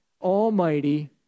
almighty